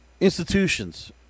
institutions